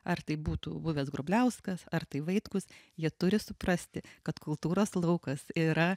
ar tai būtų buvęs grubliauskas ar tai vaitkus jie turi suprasti kad kultūros laukas yra